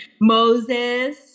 Moses